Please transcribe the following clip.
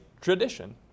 tradition